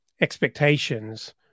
expectations